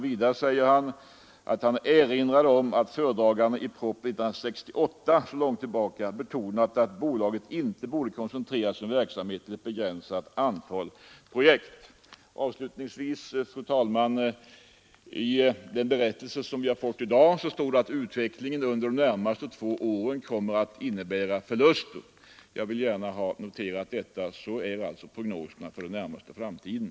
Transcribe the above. ——— Vidare erinrade jag om att föredraganden i prop. 1968:68” — alltså så långt tillbaka — ”betonat att bolaget borde koncentrera sin verksamhet till ett begränsat antal projekt.” Avslutningsvis vill jag säga, fru talman, att i den berättelse vi har fått i dag står det att verksamheten under de närmaste två åren kommer att innebära förluster. Jag vill gärna ha noterat detta. Sådana är alltså prognoserna för den närmaste framtiden.